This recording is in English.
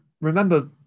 remember